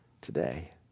today